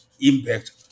impact